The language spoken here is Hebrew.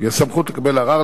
יש סמכות לקבל הערר,